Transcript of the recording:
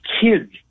kids